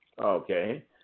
Okay